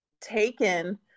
taken